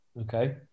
Okay